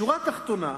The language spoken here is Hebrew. שורה תחתונה: